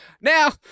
Now